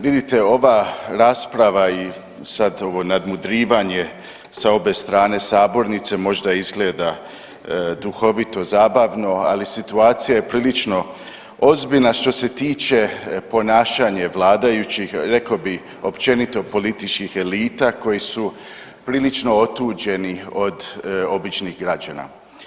Vidite ova rasprava i sad ovo nadmudrivanje sa obe strane sabornice možda izgleda duhovito i zabavno, ali situacija je prilično ozbiljna što se tiče ponašanja vladajućih rekao bih općenito političkih elita koje su prilično otuđeni od običnih građana.